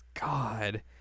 God